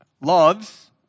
Loves